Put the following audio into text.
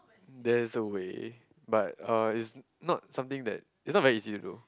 there's a way but uh it's not something that it's not very easy to do